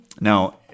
Now